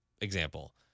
Example